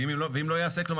ואם לא ייעשה כלום,